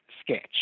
sketch